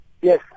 Yes